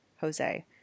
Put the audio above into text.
Jose